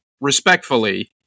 respectfully